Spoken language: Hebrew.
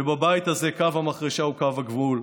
ובבית הזה קו המחרשה הוא קו הגבול.